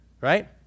Right